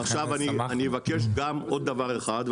אבקש עוד דבר אחד,